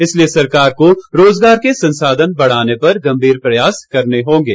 इसलिए सरकार को रोजगार के संसाधन बढ़ाने पर गंभीर प्रयास करने होंगे